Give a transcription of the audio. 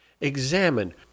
Examine